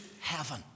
heaven